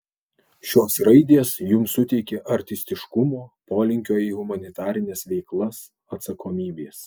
šios raidės jums suteikia artistiškumo polinkio į humanitarines veiklas atsakomybės